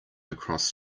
across